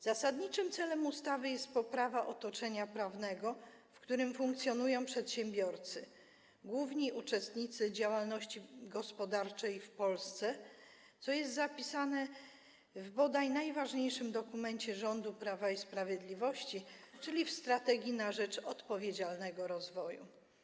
Zasadniczym celem ustawy jest poprawa otoczenia prawnego, w którym funkcjonują przedsiębiorcy, główni uczestnicy działalności gospodarczej w Polsce, co jest zapisane w bodaj najważniejszym dokumencie rządu Prawa i Sprawiedliwości, czyli w „Strategii na rzecz odpowiedzialnego rozwoju”